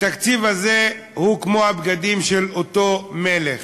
התקציב הזה הוא כמו הבגדים של אותו מלך,